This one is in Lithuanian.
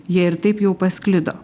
jie ir taip jau pasklido